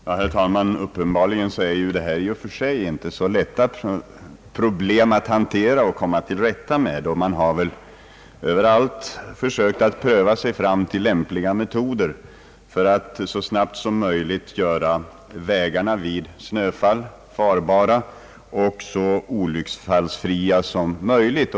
Herr talman! Uppenbarligen är det här problemet inte så lätt att hantera och komma till rätta med. Man har väl överallt försökt pröva sig fram till lämpliga metoder för att så snabbt som möjligt göra vägarna farbara vid snöfall och så olycksfria som möjligt.